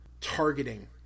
targeting